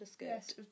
Yes